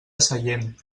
sallent